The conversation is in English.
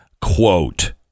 quote